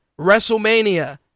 WrestleMania